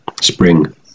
spring